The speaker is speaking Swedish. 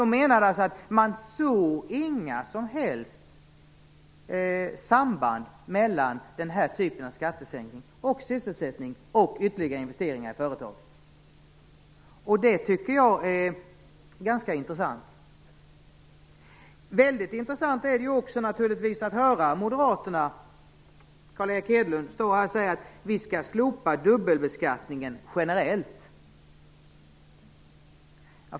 Man menade alltså att man inte såg några som helst samband mellan den här typen av skattesänkning och sysselsättning samt ytterligare investeringar i företag. Det tycker jag är ganska intressant. Väldigt intressant är det naturligtvis också att höra moderaterna, höra Carl Erik Hedlund, säga att man skall slopa dubbelbeskattningen generellt.